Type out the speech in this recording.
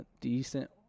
decent